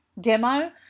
demo